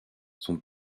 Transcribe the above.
son